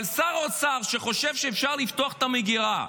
אבל שר אוצר שחושב שאפשר לפתוח את המגירה,